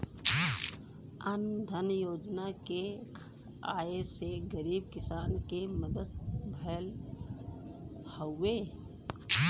अन्न धन योजना के आये से गरीब किसान के मदद भयल हउवे